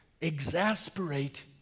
exasperate